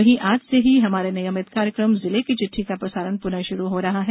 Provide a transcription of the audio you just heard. वहीं आज से ही हमारे नियमित कार्यक्रम जिले की चिट्ठी का प्रसारण पुनः शुरू हो रहा है